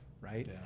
right